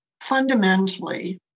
fundamentally